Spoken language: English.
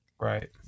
Right